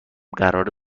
قراره